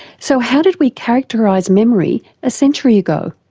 so how did we characterise memory a century ago?